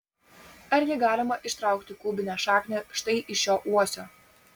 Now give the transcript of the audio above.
argi galima ištraukti kubinę šaknį štai iš šio uosio